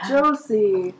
Josie